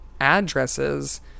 addresses